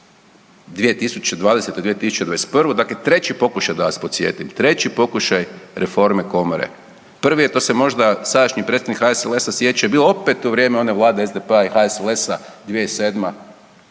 2020.-2021., dakle treći pokušaj da vas podsjetim, treći pokušaj reforme komore. Prvi je to sada možda sadašnji predstavnik HSLS-a sjeća bilo opet u vrijeme one Vlade SDP-a i HSLS-a